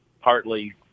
partly